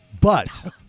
but-